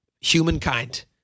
humankind